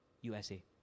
USA